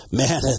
man